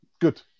good